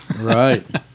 Right